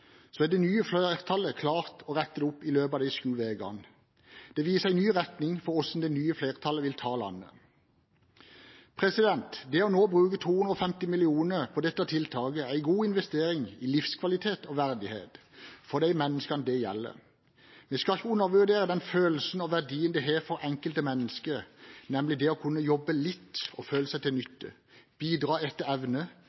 det nye flertallet klart å rette det opp i løpet av bare sju uker. Det viser en ny retning for hvor det nye flertallet vil ta landet. Det nå å bruke 250 mill. kr på dette tiltaket er en god investering i livskvalitet og verdighet for de menneskene det gjelder. Vi skal ikke undervurdere den følelsen og verdien det har for det enkelte menneske å kunne jobbe litt og føle seg til